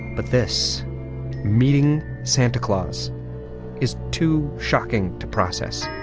but this meeting, santa claus is too shocking to process.